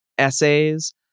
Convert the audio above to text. essays